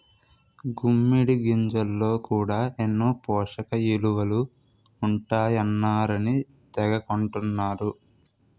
గుమ్మిడి గింజల్లో కూడా ఎన్నో పోసకయిలువలు ఉంటాయన్నారని తెగ కొంటన్నరు